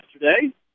yesterday